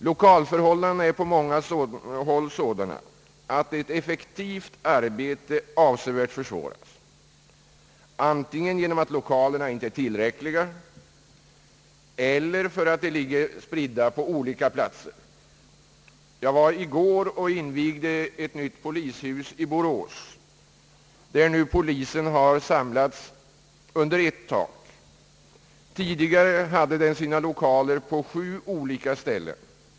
Lokalförhållandena är på många håll sådana att ett effektivt arbete avsevärt försvåras antingen genom att lokalerna inte är tillräckliga eller för att de ligger spridda på olika platser. Jag var i går och invigde ett nytt polishus i Borås, där polisen nu har samlats under ett tak. Tidigare hade den sina lokaler på sju olika ställen.